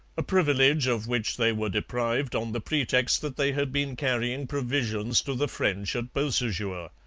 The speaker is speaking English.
a privilege of which they were deprived on the pretext that they had been carrying provisions to the french at beausejour.